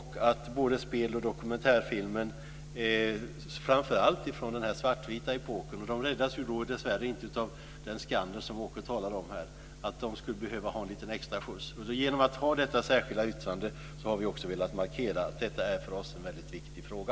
Det gäller både speloch dokumentärfilm, framför allt från den svartvita epoken. Film från den senare epoken räddas tyvärr inte med hjälp av den skanner som Åke här talade om. Den filmen skulle behöva en extra skjuts. Vi har med vårt särskilda yttrande velat markera att detta för oss är en väldigt viktig fråga.